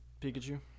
Pikachu